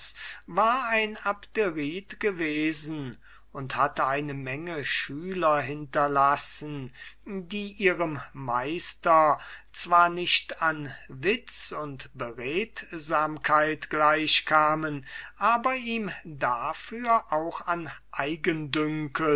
war ein abderit gewesen und hatte eine menge von schülern hinterlassen die ihrem meister zwar nicht an witz und beredsamkeit gleich kamen aber ihm dafür auch an